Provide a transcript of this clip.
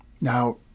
Now